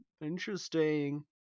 Interesting